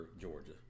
Georgia